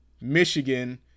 Michigan